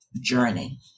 journey